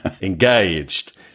engaged